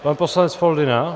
Pan poslanec Foldyna?